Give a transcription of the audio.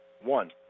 One